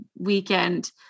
weekend